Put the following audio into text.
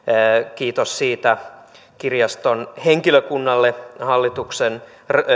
kiitos siitä kirjaston henkilökunnalle hallituksen